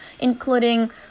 including